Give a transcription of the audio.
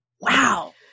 wow